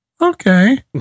Okay